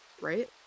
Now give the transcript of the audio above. right